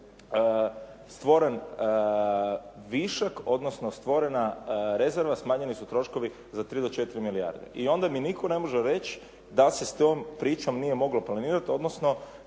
stvoren višak, odnosno stvorena rezerva, smanjeni su troškovi za 3 do 4 milijarde. I onda mi nitko ne može reći da se s tom pričom nije moglo planirati, odnosno